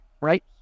right